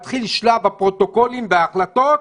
מתחיל שלב הפרוטוקולים וההחלטות.